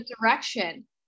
direction